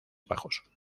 bajos